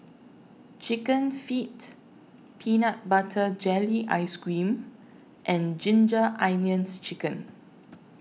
Chicken Feet Peanut Butter Jelly Ice Cream and Ginger Onions Chicken